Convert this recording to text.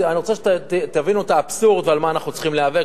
אני רוצה שתבינו את האבסורד ועל מה אנחנו צריכים להיאבק,